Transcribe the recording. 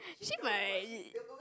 she might